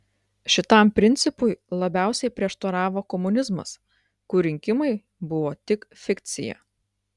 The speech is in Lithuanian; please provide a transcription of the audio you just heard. šitam principui labiausiai prieštaravo komunizmas kur rinkimai buvo tik fikcija